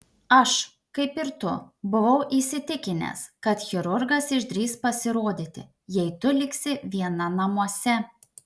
aš kaip ir tu buvau įsitikinęs kad chirurgas išdrįs pasirodyti jei tu liksi viena namuose